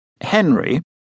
Henry—